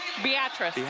beatrice.